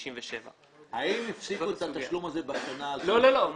האם הפסיקו את התשלום הזה בשנה הזו?